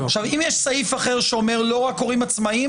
אם יש סעיף אחר שאומר לא רק הורים עצמאיים,